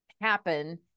happen